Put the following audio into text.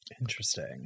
Interesting